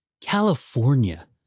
California